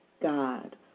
God